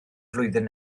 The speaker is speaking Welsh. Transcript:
flwyddyn